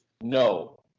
No